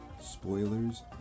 Spoilers